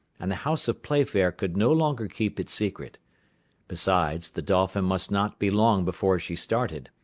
and the house of playfair could no longer keep it secret besides, the dolphin must not be long before she started.